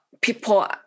people